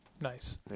nice